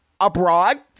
abroad